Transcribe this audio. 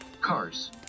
Cars